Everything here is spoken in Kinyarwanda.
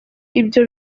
ibyo